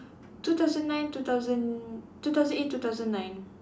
two thousand nine two thousand two thousand eight two thousand nine